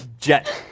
jet